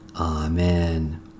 Amen